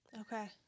Okay